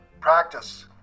practice